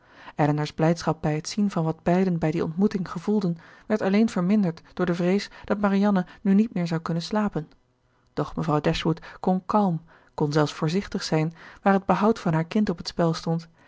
elinor's blijdschap bij het zien van wat beiden bij die ontmoeting gevoelden werd alleen verminderd door de vrees dat marianne nu niet meer zou kunnen slapen doch mevrouw dashwood kon kalm kon zelfs voorzichtig zijn waar het behoud van haar kind op het spel stond